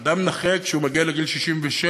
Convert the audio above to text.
שאדם נכה, כשהוא מגיע לגיל 67,